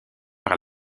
par